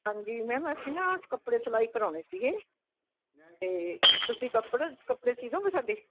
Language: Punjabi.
ਹਾਂਜੀ ਮੈਮ ਅਸੀਂ ਨਾ ਕੱਪੜੇ ਸਲਾਈ ਕਰਾਉਣੇ ਸੀਗੇ ਅਤੇ ਤੁਸੀਂ ਕੱਪੜੇ ਕੱਪੜੇ ਸੀ ਦੋਗੇ ਸਾਡੇ